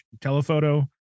telephoto